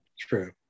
True